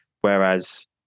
Whereas